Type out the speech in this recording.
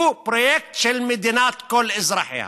הוא הפרויקט של מדינת כל אזרחיה.